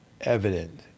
evident